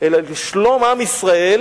אלא לשלום עם ישראל,